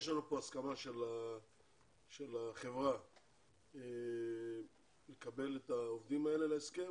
יש לנו פה הסכמה של החברה לקבל את העובדים האלה להסכם,